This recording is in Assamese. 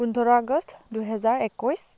পোন্ধৰ আগষ্ট দুহেজাৰ একৈছ